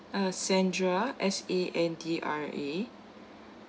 uh sandra S A N D R A